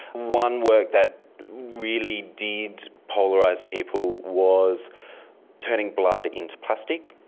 one work that really did polarise people was turning blood into plastic.